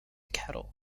cattle